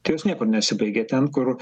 tai jos niekur nesibaigia ten kur